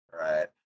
Right